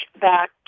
back